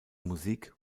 musik